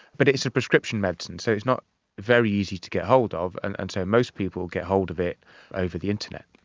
but it's a prescription medicine, so it's not very easy to get hold of, and and so most people get hold of it over the internet,